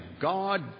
God